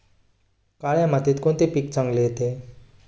काळ्या मातीत कोणते पीक चांगले येते?